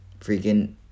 freaking